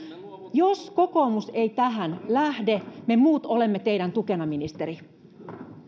jos kokoomus ei tähän lähde me muut olemme teidän tukenanne ministeri